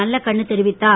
நல்லக்கண்ணு தெரிவித்தார்